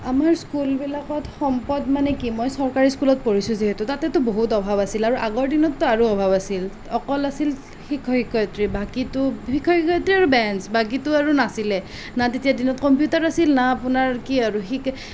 আমাৰ স্কুলবিলাকত সম্পদ মানে কি মই চৰকাৰী স্কুলত পঢ়িছোঁ যিহেতু তাতেতো বহুত অভাৱ আছিল আৰু আগৰ দিনততো আৰু অভাৱ আছিল অকল আছিল শিক্ষক শিক্ষয়ত্ৰী বাকীটো শিক্ষক শিক্ষয়ত্ৰী আৰু বেঞ্চ বাকীতো আৰু নাছিলে না তেতিয়া দিনত কম্পিউটাৰ আছিল না আপোনাৰ কি আৰু